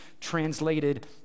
translated